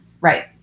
Right